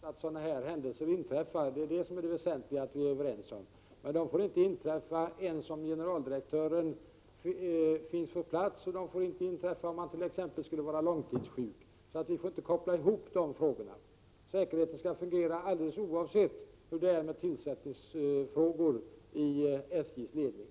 Herr talman! Det är inte acceptabelt att sådana här händelser inträffar, det är vad vi måste vara överens om. De får inte inträffa om generaldirektören finns på plats och de får inte inträffa om han t.ex. skulle vara långtidssjuk, så vi skall inte koppla ihop dessa frågor. Säkerheten skall fungera alldeles oavsett hur det är med tillsättningsfrågor i SJ:s ledning.